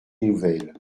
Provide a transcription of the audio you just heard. nouvelles